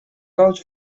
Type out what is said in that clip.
koud